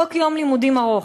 חוק יום לימודים ארוך,